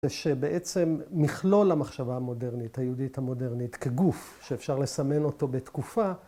‫זה שבעצם מכלול המחשבה המודרנית, ‫היהודית המודרנית כגוף, ‫שאפשר לסמן אותו בתקופה,